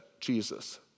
Jesus